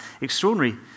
extraordinary